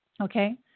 okay